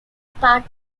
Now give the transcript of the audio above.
party